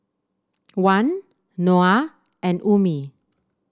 Wan Noah and Ummi